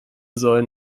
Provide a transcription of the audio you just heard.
sollen